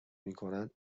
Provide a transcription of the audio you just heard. میکنند